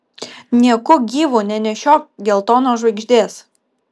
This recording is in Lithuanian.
nieku gyvu nenešiok geltonos žvaigždės